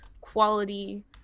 quality